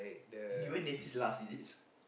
you went dentist last is it